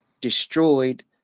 destroyed